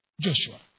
Joshua